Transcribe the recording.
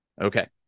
Okay